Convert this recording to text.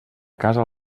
casa